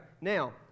Now